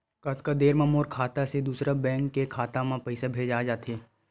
कतका देर मा मोर खाता से दूसरा बैंक के खाता मा पईसा भेजा जाथे?